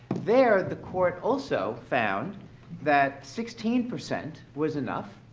there, the court also found that sixteen percent was enough.